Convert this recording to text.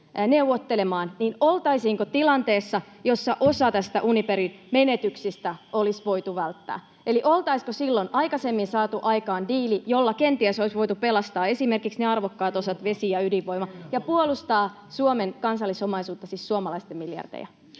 niin oltaisiinko tilanteessa, jossa osa Uniperin menetyksistä olisi voitu välttää. Eli oltaisiinko silloin aikaisemmin saatu aikaan diili, jolla kenties olisi voitu pelastaa esimerkiksi ne arvokkaat osat, vesi- ja ydinvoima, ja puolustaa Suomen kansallisomaisuutta, siis suomalaisten miljardeja.